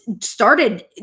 started